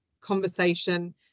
conversation